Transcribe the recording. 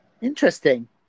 Interesting